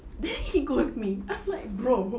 then he ghost me I'm like bro